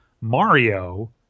Mario